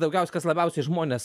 daugiausia kas labiausiai žmones